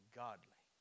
godly